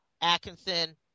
Atkinson